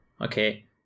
Okay